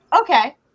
Okay